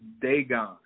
Dagon